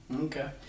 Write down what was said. Okay